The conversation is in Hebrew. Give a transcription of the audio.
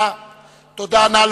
נתקבלה.